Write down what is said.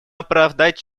оправдать